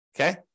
Okay